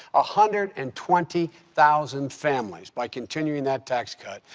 a hundred and twenty thousand families, by continuing that tax cut,